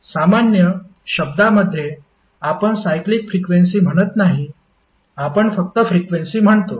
सामान्य शब्दांमध्ये आपण सायक्लिक फ्रिक्वेन्सी म्हणत नाही आपण फक्त फ्रिक्वेन्सी म्हणतो